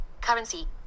currency